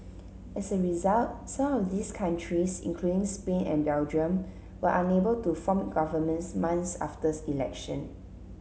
as a result some of these countries including Spain and Belgium were unable to form governments months after election